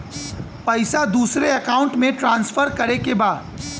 पैसा दूसरे अकाउंट में ट्रांसफर करें के बा?